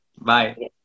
Bye